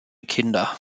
kinder